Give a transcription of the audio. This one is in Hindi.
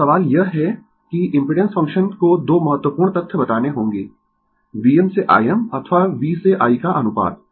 अब सवाल यह है कि इम्पिडेंस फंक्शन को 2 महत्वपूर्ण तथ्य बताने होंगें Vm से Im अथवा V से I का अनुपात